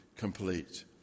complete